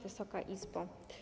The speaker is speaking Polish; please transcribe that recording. Wysoka Izbo!